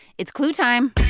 it's clue time